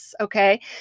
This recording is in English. okay